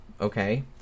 Okay